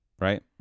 Right